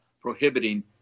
prohibiting